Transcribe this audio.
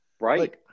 Right